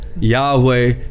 Yahweh